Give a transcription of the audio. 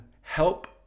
help